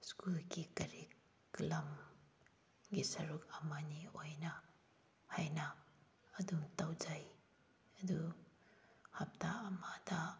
ꯁ꯭ꯀꯨꯜꯒꯤ ꯀꯔꯤꯀꯂꯝꯒꯤ ꯁꯔꯨꯛ ꯑꯃꯅꯤ ꯑꯣꯏꯅ ꯑꯩꯅ ꯑꯗꯨꯝ ꯇꯧꯖꯩ ꯑꯗꯨ ꯍꯞꯇꯥ ꯑꯃꯗ